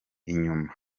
inyuma